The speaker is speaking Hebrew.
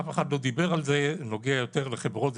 אף אחד לא דיבר על זה, נוגע יותר לחברות.